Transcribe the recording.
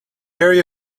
area